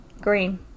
green